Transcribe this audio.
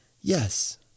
Yes